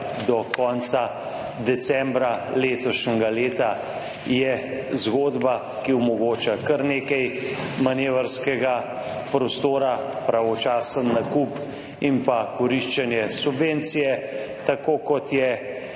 do konca decembra letošnjega leta je zgodba, ki omogoča kar nekaj manevrskega prostora, pravočasen nakup in pa koriščenje subvencije, tako kot je,